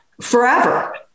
forever